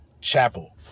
Chapel